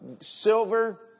Silver